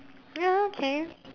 ya okay